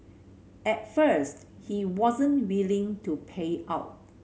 at first he wasn't willing to pay up